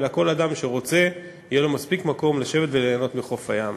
אלא כל אדם שרוצה יהיה לו מספיק מקום לשבת וליהנות מחוף הים.